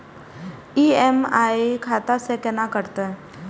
EMI खाता से केना कटते?